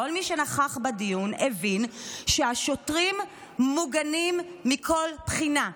כל מי שנכח בדיון הבין שהשוטרים מוגנים מכל בחינה.